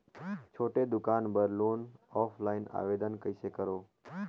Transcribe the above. छोटे दुकान बर लोन ऑफलाइन आवेदन कइसे करो?